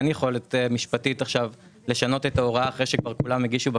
אין יכולת משפטית עכשיו לשנות את ההוראה אחרי שכולם הגישו.